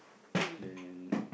then